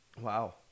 wow